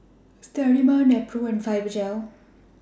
Sterimar Nepro and Fibogel